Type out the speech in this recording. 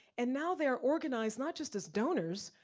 and now they are organized, not just as donors,